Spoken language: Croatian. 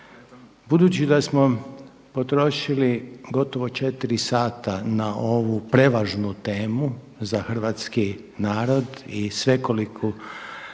Budući da smo potrošili gotovo 4 sata na ovu prevažnu temu za hrvatski narod i svekolike